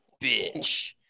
bitch